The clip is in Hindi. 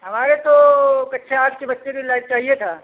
हमारे तो कक्षा आठ के बच्चे के लायक चाहिए था